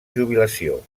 jubilació